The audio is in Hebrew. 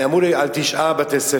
אמרו לי על תשעה בתי-ספר.